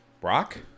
Brock